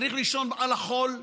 צריך לישון על החול.